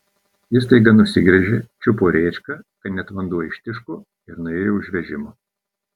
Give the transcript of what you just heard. ji staiga nusigręžė čiupo rėčką kad net vanduo ištiško ir nuėjo už vežimo